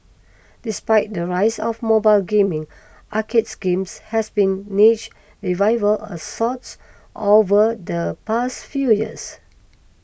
despite the rise of mobile gaming arcade games has been niche revival a sorts over the past few years